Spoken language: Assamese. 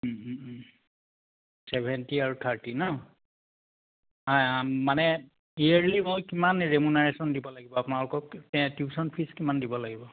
ছেভেণ্টি আৰু থাৰ্টি ন অঁ মানে ইয়াৰলী মই কিমান ৰেমুনাৰেশ্যন দিব লাগিব আপোনালোকক টিউশ্যন ফিজ কিমান দিব লাগিব